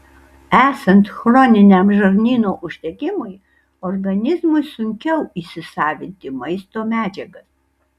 esant chroniniam žarnyno uždegimui organizmui sunkiau įsisavinti maisto medžiagas